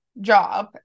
Job